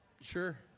Sure